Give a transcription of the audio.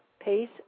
pace